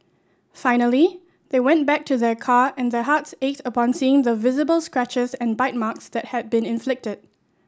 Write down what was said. finally they went back to their car and their hearts ached upon seeing the visible scratches and bite marks that had been inflicted